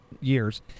years